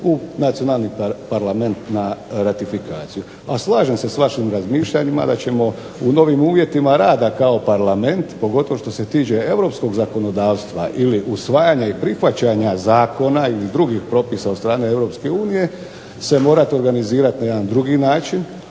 u nacionalni Parlamanet na ratifikaciju. A slažem se sa vašim razmišljanjima da ćemo u novim uvjetima rada kao Parlament, pogotovo što se tiče europskog zakonodavstva ili usvajanja i prihvaćanja zakona ili drugih propisa od strane Europske unije se morati organizirati na jedan drugi način,